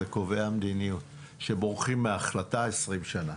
זה קובעי המדיניות שבורחים מהחלטה 20 שנה.